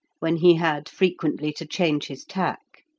when he had frequently to change his tack.